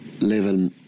level